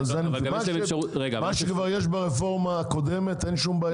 מה שכבר יש ברפורמה הקודמת, אין שום בעיה.